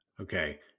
Okay